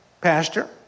pastor